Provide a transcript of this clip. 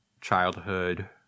childhood